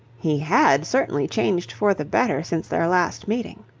he had certainly changed for the better since their last meeting.